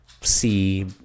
see